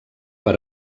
per